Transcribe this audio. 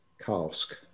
cask